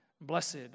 Blessed